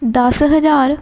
ਦਸ ਹਜ਼ਾਰ